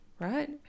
right